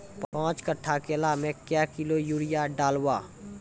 पाँच कट्ठा केला मे क्या किलोग्राम यूरिया डलवा?